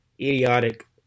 idiotic